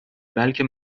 بلکه